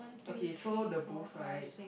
okay so the booth right